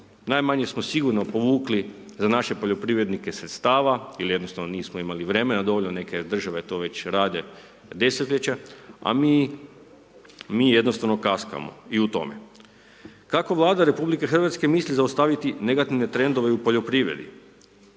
najmanje smo sigurno povukli za naše poljoprivrednike sredstava, ili jednostavno nismo imali vremena, dovoljno neke države to već rade desetljeće, a mi, mi jednostavno kaskamo i u tome. Kako Vlada RH misli zaustaviti negativne trendove u poljoprivredi?